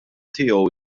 tiegħu